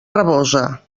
rabosa